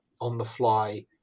on-the-fly